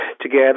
together